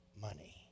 money